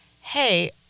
hey